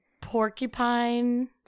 Porcupine